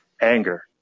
anger